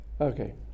Okay